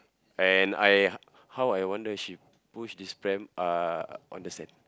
and I how I wonder she push this pram uh on the sand